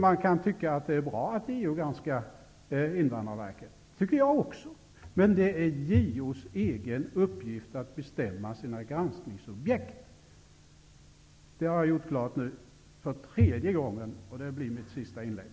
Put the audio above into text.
Man kan tycka att det är bra att JO granskar Invandrarverket -- det tycker jag också -- men det är JO:s egen uppgift att bestämma sina granskningsobjekt. Det har jag gjort klart nu för tredje gången, och det blir mitt sista inlägg.